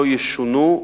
לא ישונו,